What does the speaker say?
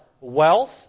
wealth